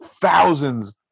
Thousands